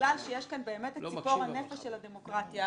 בגלל שמדובר כאן באמת בציפור הנפש של הדמוקרטיה,